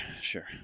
sure